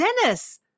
Dennis